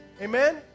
Amen